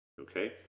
Okay